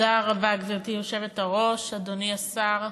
אדוני השר,